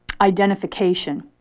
identification